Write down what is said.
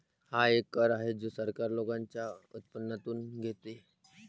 हा एक कर आहे जो सरकार लोकांच्या उत्पन्नातून घेते